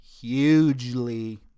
hugely